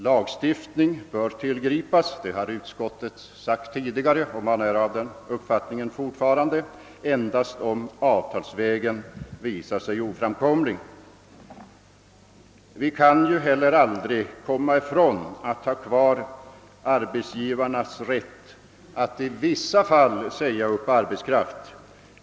Lagstiftning bör tillgripas — det har utskottet tidigare uttalat, och man är fortfarande av den uppfattningen — endast om avtalsvägen visar sig oframkomlig. Vi kan aldrig komma ifrån arbetsgivarnas rätt att i vissa fall säga upp arbetskraft.